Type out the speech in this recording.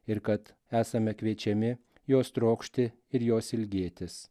ir kad esame kviečiami jos trokšti ir jos ilgėtis